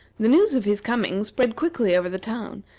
the news of his coming spread quickly over the town,